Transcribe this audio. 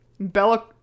Bella